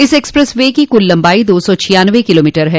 इस express way की कुल लम्बाई दो सौ छियानवे किलोमीटर है